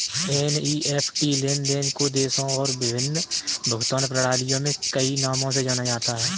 NEFT लेन देन को देशों और विभिन्न भुगतान प्रणालियों में कई नामों से जाना जाता है